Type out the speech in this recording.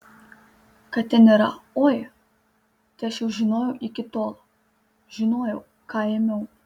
kad ten yra oi tai aš jau žinojau iki tol žinojau ką ėmiau